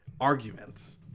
arguments